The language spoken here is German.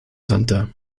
santer